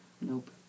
Nope